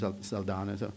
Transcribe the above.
Saldana